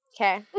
Okay